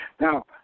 Now